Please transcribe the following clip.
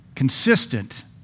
consistent